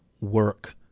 work